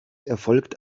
erfolgt